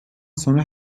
sonra